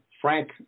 Frank